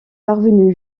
parvenu